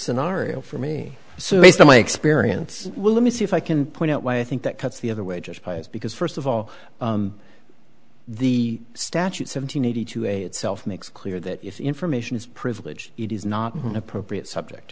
scenario for me so based on my experience will let me see if i can point out why i think that cuts the other way just by is because first of all the statute seven hundred eighty two a itself makes clear that if information is privileged it is not an appropriate subject